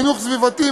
חינוך סביבתי,